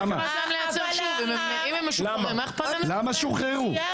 למה הם שוחררו?